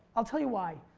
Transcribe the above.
i'll tell you why,